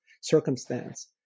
circumstance